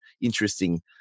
interesting